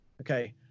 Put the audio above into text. okay